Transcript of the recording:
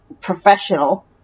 professional